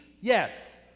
Yes